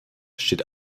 steht